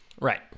Right